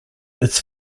its